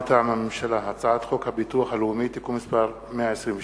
מטעם הממשלה: הצעת חוק הביטוח הלאומי (תיקון מס' 122),